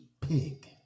pig